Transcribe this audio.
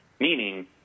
meaning